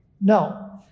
No